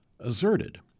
asserted